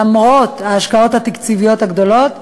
למרות ההשקעות התקציביות הגדולות,